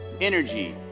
energy